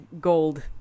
gold